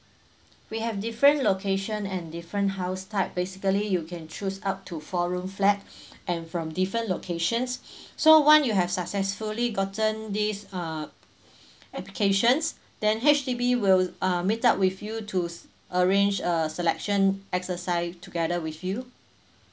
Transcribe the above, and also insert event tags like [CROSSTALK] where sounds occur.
we have different location and different house type basically you can choose up to four room flat [BREATH] and from different locations [BREATH] so one you have successfully gotten this err [BREATH] applications then H_D_B will uh meet up with you to s~ arrange a selection exercise together with you